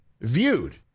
viewed